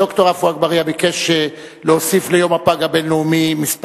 ד"ר עפו אגבאריה ביקש להוסיף ליום הפג הבין-לאומי כמה מלים,